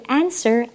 answer